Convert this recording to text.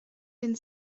den